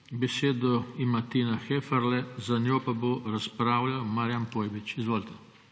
Besedo ima Tina Heferle, za njo pa bo razpravljal Marijan Pojbič. Izvolite.